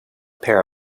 pair